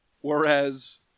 Whereas